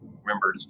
remember